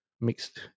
mixed